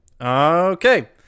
Okay